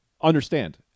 understand